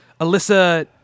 Alyssa